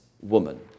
woman